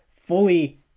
fully